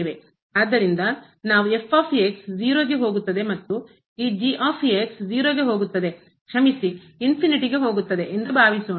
ಆದ್ದರಿಂದ ನಾವು 0 ಗೆ ಹೋಗುತ್ತದೆ ಮತ್ತು ಈ 0 ಗೆ ಹೋಗುತ್ತದೆ ಕ್ಷಮಿಸಿ ಗೆ ಹೋಗುತ್ತದೆ ಎಂದು ಭಾವಿಸೋಣ